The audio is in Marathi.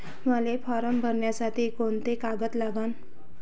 मले फारम भरासाठी कोंते कागद लागन?